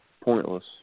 Pointless